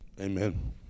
amen